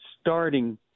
starting